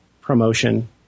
promotion